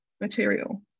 material